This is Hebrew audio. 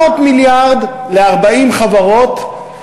700 מיליארד ל-40 חברות,